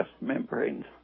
membranes